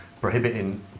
prohibiting